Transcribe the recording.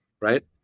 right